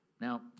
Now